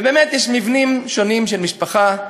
באמת יש מבנים שונים של משפחה,